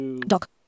Doc